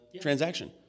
transaction